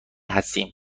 هستیم